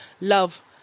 love